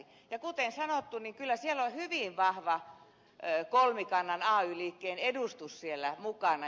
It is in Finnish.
ja kuten sanottu kyllä siellä on hyvin vahva kolmikannan ay liikkeen edustus mukana